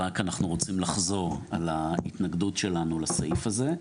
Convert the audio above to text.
רק אנחנו רוצים לחזור על ההתנגדות שלנו לסעיף הזה.